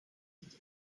niet